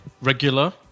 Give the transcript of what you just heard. Regular